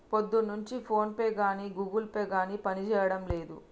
పొద్దున్నుంచి ఫోన్పే గానీ Google Pay గానీ పనిజేయడం లేదు